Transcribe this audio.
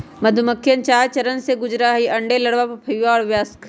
मधुमक्खिवन चार चरण से गुजरा हई अंडे, लार्वा, प्यूपा और वयस्क